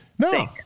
No